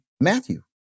Matthew